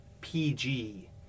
PG